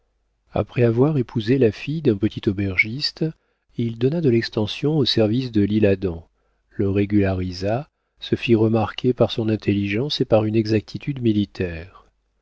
après avoir épousé la fille d'un petit aubergiste il donna de l'extension au service de l'isle-adam le régularisa se fit remarquer par son intelligence et par une exactitude militaire